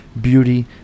beauty